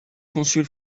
consul